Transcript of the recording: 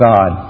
God